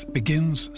begins